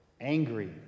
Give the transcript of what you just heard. angry